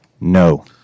No